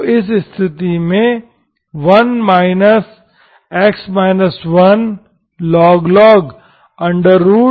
तो इस स्तिथि में 1 x 1log x2 x